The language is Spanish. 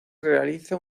realiza